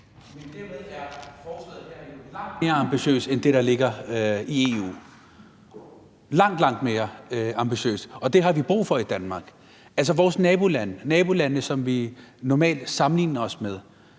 Men dermed er forslaget her jo langt mere ambitiøst end det, der ligger i EU – langt, langt mere ambitiøst, og det har vi brug for i Danmark. Vores nabolande, nabolandene, som vi normalt sammenligner os med,